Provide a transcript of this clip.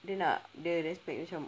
dia nak dia respect macam